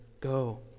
go